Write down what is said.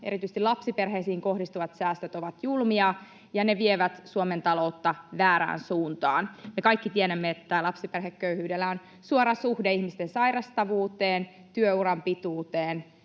erityisesti lapsiperheisiin kohdistuvat säästöt, ovat julmia ja ne vievät Suomen taloutta väärään suuntaan. Me kaikki tiedämme, että lapsiperheköyhyydellä on suora suhde ihmisten sairastavuuteen, työuran pituuteen